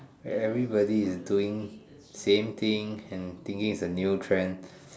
everybody is doing same thing and thinking its a new trend